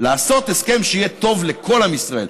לעשות הסכם שיהיה טוב לכל עם ישראל,